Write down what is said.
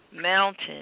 Mountain